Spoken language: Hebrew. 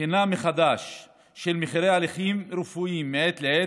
בחינה מחדש של מחירי הליכים רפואיים מעת לעת,